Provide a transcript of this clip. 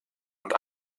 und